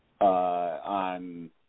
on